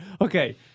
okay